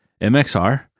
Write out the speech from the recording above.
MXR